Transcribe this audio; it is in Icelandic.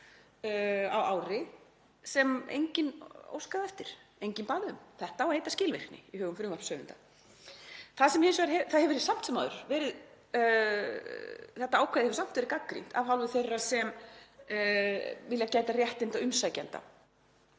á ári sem enginn óskaði eftir, enginn bað um. Þetta á að heita skilvirkni í hugum frumvarpshöfunda. Þetta ákvæði hefur samt verið gagnrýnt af hálfu þeirra sem vilja gæta réttinda umsækjenda.